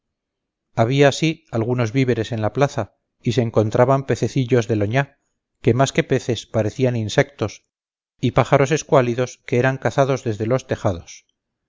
había sí algunos víveres en la plaza y se encontraban pececillos del oñá que más que peces parecían insectos y pájaros escuálidos que eran cazados desde los tejados